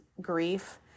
grief